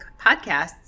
podcasts